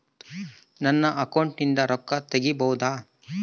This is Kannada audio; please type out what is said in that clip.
ನನ್ನ ಅಕೌಂಟಿಂದ ರೊಕ್ಕ ತಗಿಬಹುದಾ?